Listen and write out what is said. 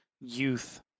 youth